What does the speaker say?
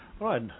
Right